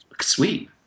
Sweet